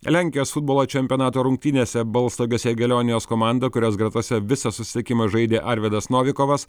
lenkijos futbolo čempionato rungtynėse balstogės egelionijos komanda kurios gretose visą susitikimą žaidė arvydas novikovas